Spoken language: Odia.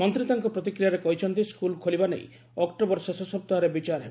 ମନ୍ତୀ ତାଙ୍କ ପ୍ରତିକ୍ରିୟାରେ କହିଛନ୍ତି ସ୍କୁଲ୍ ଖୋଳିବା ନେଇ ଅକ୍ଯୋବର ଶେଷ ସପ୍ତାହରେ ବିଚାର ହେବ